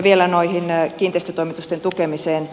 vielä kiinteistötoimitusten tukemiseen